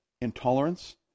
intolerance